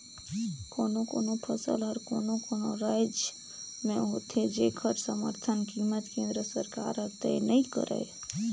कोनो कोनो फसल हर कोनो कोनो रायज में होथे जेखर समरथन कीमत केंद्र सरकार हर तय नइ करय